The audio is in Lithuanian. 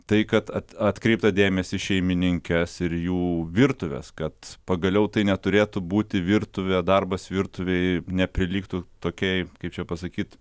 tai kad atkreiptą dėmesį šeimininkes ir jų virtuves kad pagaliau tai neturėtų būti virtuvė darbas virtuvėje neprilygtų tokiai kaip čia pasakyt